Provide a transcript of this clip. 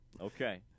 Okay